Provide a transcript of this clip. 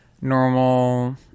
normal